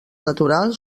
natural